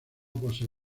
posee